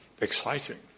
exciting